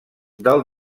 del